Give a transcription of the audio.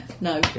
No